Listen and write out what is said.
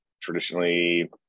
Traditionally